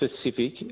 specific